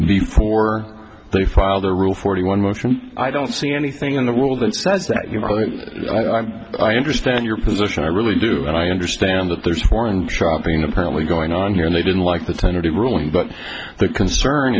before they filed a rule forty one motion i don't see anything in the world that says that you are right i understand your position i really do and i understand that there's four and shopping apparently going on here and they didn't like the tentative ruling but the concern